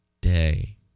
day